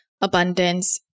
abundance